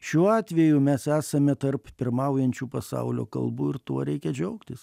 šiuo atveju mes esame tarp pirmaujančių pasaulio kalbų ir tuo reikia džiaugtis